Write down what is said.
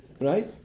right